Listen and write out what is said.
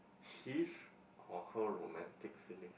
his or her romantic feelings